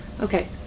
Okay